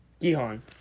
Gihon